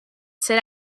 sit